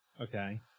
Okay